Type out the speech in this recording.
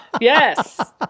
Yes